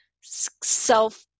self